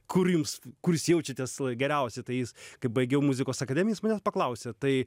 kur jūs kur jūs jaučiatės geriausiai tai jis kai baigiau muzikos akademiją jis manęs paklausė tai